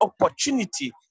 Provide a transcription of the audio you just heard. opportunity